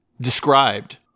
described